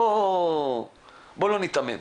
בואו לא ניתמם.